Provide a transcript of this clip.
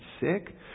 sick